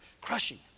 crushing